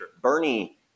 Bernie